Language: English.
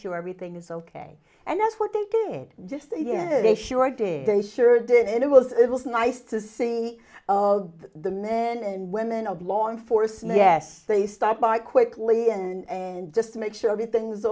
sure everything is ok and that's what they did just again they sure did they sure did and it was it was nice to see of the men and women of law enforcement yes they stop by quickly and just make sure everything's